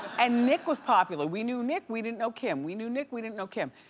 and nick was popular. we knew nick, we didn't know kim. we knew nick, we didn't know kim.